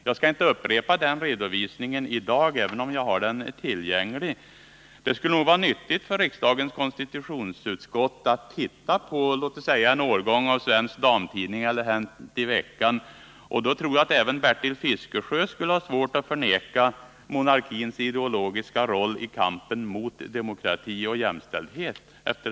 Jag skall inte upprepa den redovisningen i dag, även om jag har den tillgänglig. Det skulle nog vara nyttigt för riksdagens konstitutionsutskott att se på låt oss säga en årgång av Svensk Damtidning eller Hänt i Veckan. Jag tror att även Bertil Fiskesjö efter en sådan genomgång skulle ha svårt att förneka monarkins ideologiska roll i kampen mot demokrati och jämställdhet.